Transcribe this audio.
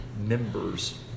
members